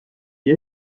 die